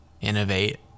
innovate